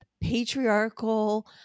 patriarchal